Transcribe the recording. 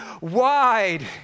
wide